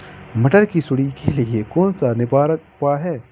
मटर की सुंडी के लिए कौन सा निवारक उपाय है?